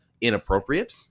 inappropriate